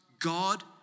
God